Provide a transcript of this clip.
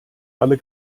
alle